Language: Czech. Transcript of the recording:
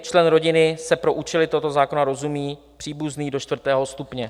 Členem rodiny se pro účely tohoto zákona rozumí příbuzný do čtvrtého stupně.